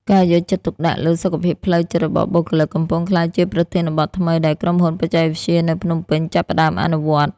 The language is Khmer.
ការយកចិត្តទុកដាក់លើ សុខភាពផ្លូវចិត្ត របស់បុគ្គលិក កំពុងក្លាយជាប្រធានបទថ្មីដែលក្រុមហ៊ុនបច្ចេកវិទ្យានៅភ្នំពេញចាប់ផ្ដើមអនុវត្ត។